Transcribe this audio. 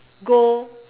go